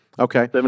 Okay